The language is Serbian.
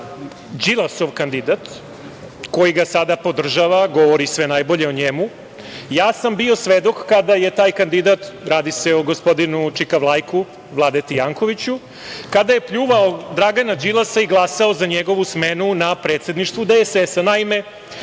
Đilasov kandidat, koji ga sada podržava, govori sve najbolje o njemu, ja sam bio svedok kada je taj kandidat, radi se o gospodinu čika Vlajku, Vladeti Jankoviću, kada je pljuvao Dragana Đilasa i glasao za njegovu smenu na predsedništvu DSS.Naime,